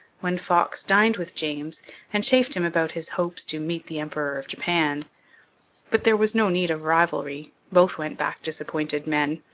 when fox dined with james and chaffed him about his hopes to meet the emperor of japan but there was no need of rivalry both went back disappointed men.